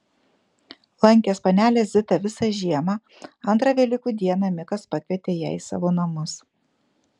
lankęs panelę zitą visą žiemą antrą velykų dieną mikas pakvietė ją į savo namus